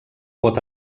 pot